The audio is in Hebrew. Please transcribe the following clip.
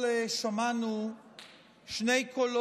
קח את